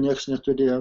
nieks neturėjo